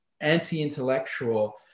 anti-intellectual